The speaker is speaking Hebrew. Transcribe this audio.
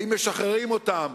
האם משחררים אותן